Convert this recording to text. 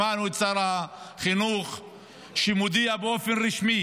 שמענו את שר החינוך מודיע באופן רשמי